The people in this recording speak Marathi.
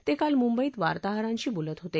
ते काल मुंबईत वार्ताहरांशी बोलत होते